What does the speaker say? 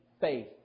faith